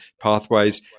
pathways